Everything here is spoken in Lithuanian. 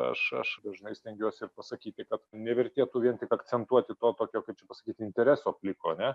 aš aš dažnai stengiuosi ir pasakyti kad nevertėtų vien tik akcentuoti to tokio kaip čia pasakyti kaip intereso pliko ar ne